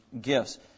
gifts